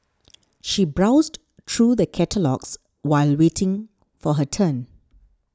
she browsed through the catalogues while waiting for her turn